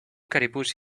caribous